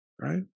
right